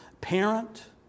parent